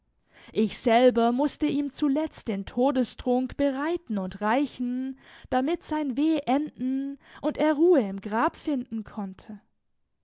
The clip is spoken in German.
ich selber mußte ihm zuletzt den todestrunk bereiten und reichen damit sein weh enden und er ruhe im grabe finden konnte